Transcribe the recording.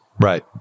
Right